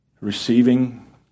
receiving